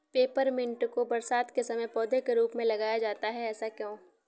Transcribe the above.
Peppermint को बरसात के समय पौधे के रूप में लगाया जाता है ऐसा क्यो?